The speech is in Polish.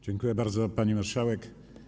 Dziękuję bardzo, pani marszałek.